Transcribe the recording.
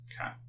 Okay